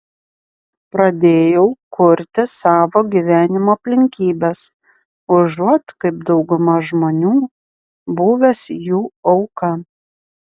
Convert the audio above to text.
pradėjau kurti savo gyvenimo aplinkybes užuot kaip dauguma žmonių buvęs jų auka